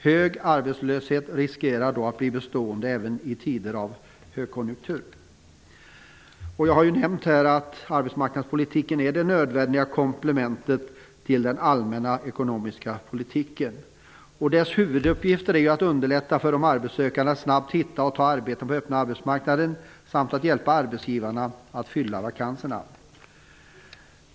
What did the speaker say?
Hög arbetslöshet riskerar därför att bli bestående även i tider av högkonjunktur. Jag nämnde tidigare att arbetsmarknadspolitiken är det nödvändiga komplementet till den allmänna ekonomiska politiken. Dess huvuduppgift är att underlätta för de arbetssökande att snabbt hitta och ta arbete på den öppna arbetsmarknaden samt att hjälpa arbetsgivarna att fylla vakanser.